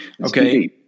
Okay